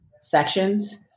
sections